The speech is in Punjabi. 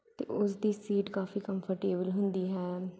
ਅਤੇ ਉਸਦੀ ਸੀਟ ਕਾਫੀ ਕੰਫਰਟੇਬਲ ਹੁੰਦੀ ਹੈ